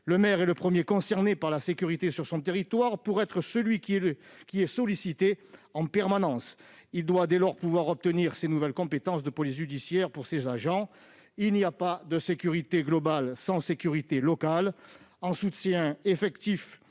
Le maire est le premier concerné par la sécurité sur son territoire, car il est celui qui est sollicité en permanence. Il doit, dès lors, pouvoir obtenir ces nouvelles compétences de police judiciaire pour ses agents. Il n'y a pas de sécurité globale sans sécurité locale. En soutien effectif